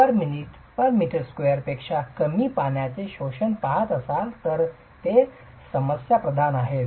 25 kgminm2 पेक्षा कमी पाण्याचे शोषण पाहत असाल तर ते समस्याप्रधान आहे